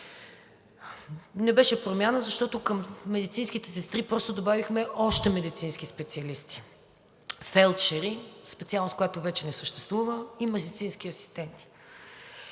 не беше промяна, защото към медицинските сестри просто добавихме още медицински специалисти – фелдшери, специалност, която вече не съществува, и медицински асистенти.